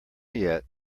yet